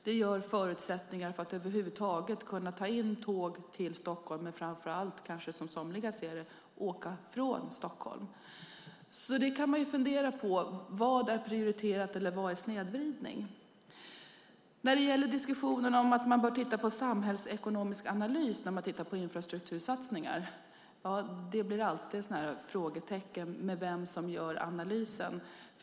Det ger förutsättningar för att man över huvud taget ska kunna ta in tåg till Stockholm, men framför allt, som somliga ser det, att åka från Stockholm. Man kan fundera på vad som är prioriterat och vad som är snedvridning. När det gäller diskussionen om att man bör titta på den samhällsekonomiska analysen när man tittar på infrastruktursatsningar blir det alltid frågetecken i fråga om vem som gör analysen.